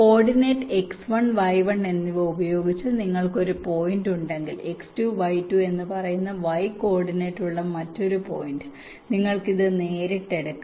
coordinate x1 y1 എന്നിവ ഉപയോഗിച്ച് നിങ്ങൾക്ക് ഒരു പോയിന്റ് ഉണ്ടെങ്കിൽ x2 y2 എന്ന് പറയുന്ന y കോർഡിനേറ്റുള്ള മറ്റൊരു പോയിന്റ് നിങ്ങൾക്ക് ഇത് നേരിട്ട് എടുക്കാം